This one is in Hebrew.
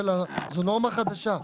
זו נורמה חדשה.